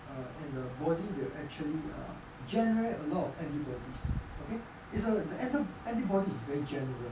err and the body will actually err generate a lot of antibodies okay is the the antibodies is very general